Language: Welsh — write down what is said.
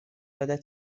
oeddet